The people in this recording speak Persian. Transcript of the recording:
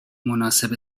مناسب